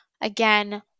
Again